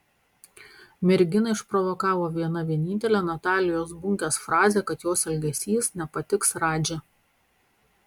merginą išprovokavo viena vienintelė natalijos bunkės frazė kad jos elgesys nepatiks radži